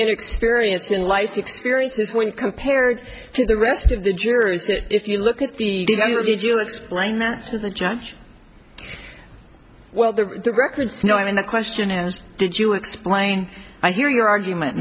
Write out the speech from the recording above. inexperience in life experiences when compared to the rest of the jurors if you look at the other did you explain that to the judge well the record snow i mean the question asked did you explain i hear your argument